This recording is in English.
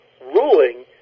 ruling